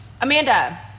Amanda